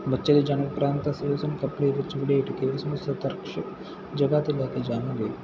ਬੱਚੇ ਨੂੰ ਕੱਪੜੇ ਵਿੱਚ ਪਲੇਟ ਖੇਲ ਜਗਹਾ ਤੇ ਲੈ ਕੇ ਜਾਵਾਂਗੇ